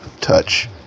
touch